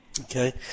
Okay